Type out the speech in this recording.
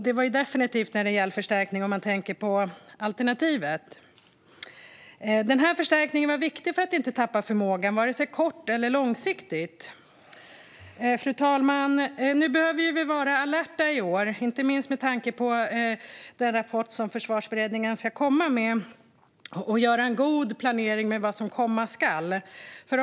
Det var definitivt en rejäl förstärkning om man tänker på alternativet. Denna förstärkning var viktig för att inte tappa förmågan vare sig kort eller långsiktigt. Fru talman! I år behöver vi vara alerta, inte minst med tanke på den rapport som Försvarsberedningen ska komma med, och göra en god planering inför det som ska komma.